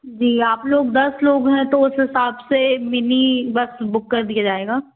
जी आप लोग दस लोग हैं तो उस हिसाब से मिनी बस बुक कर दिया जाएगा